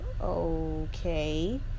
okay